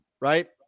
right